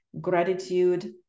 gratitude